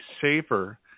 safer